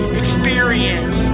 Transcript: experience